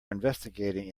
investigating